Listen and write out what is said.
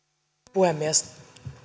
puhemies